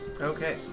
Okay